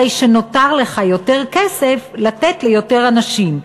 הרי שנותר לך יותר כסף לתת ליותר אנשים.